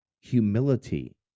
humility